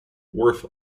worth